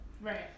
right